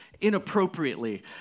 inappropriately